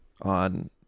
on